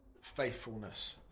faithfulness